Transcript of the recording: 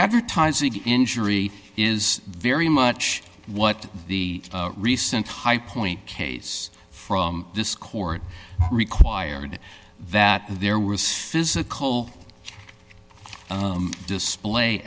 advertising injury is very much what the recent high point case from this court required that there was physical display